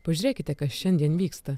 pažiūrėkite kas šiandien vyksta